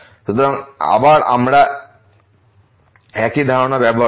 সুতরাং আবার আমরা একই ধারণা ব্যবহার করব